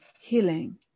healing